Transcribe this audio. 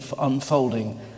unfolding